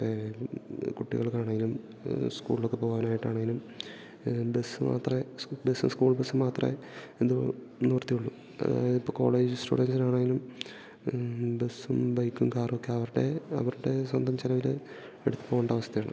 time കുട്ടികൾക്കാണേലും സ്കൂളിലൊക്കെ പോവാനായിട്ടാണേലും ബസ്സ് മാത്രേ ബസ്സ് സ്കൂൾ ബസ് മാത്രേ എന്തോ നിവർത്തിയുള്ളൂ അതായത് ഇപ്പോൾ കോളേജ് സ്റ്റുഡൻസിനാണേലും ബസ്സും ബൈക്കും കാറൊക്കെ അവരുടെ അവരുടെ സ്വന്തം ചെലവില് എട് പോവണ്ടവസ്ഥയാണ്